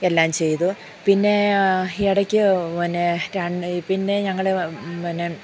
എല്ലാം ചെയ്തു പിന്നെ ഈ ഇടയ്ക്ക് പിന്നെ പിന്നെ ഞങ്ങൾ പിന്നെ